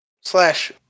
Slash